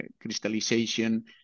crystallization